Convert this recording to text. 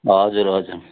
हजुर हजुर